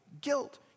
guilt